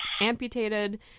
amputated